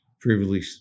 previously